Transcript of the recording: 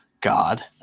God